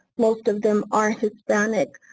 most of them are hispanic.